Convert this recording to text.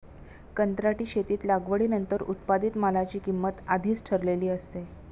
कंत्राटी शेतीत लागवडीनंतर उत्पादित मालाची किंमत आधीच ठरलेली असते